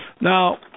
Now